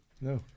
No